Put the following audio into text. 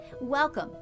Welcome